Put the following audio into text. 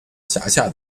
辖下